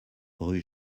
rue